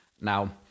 Now